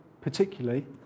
particularly